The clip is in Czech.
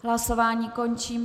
Hlasování končím.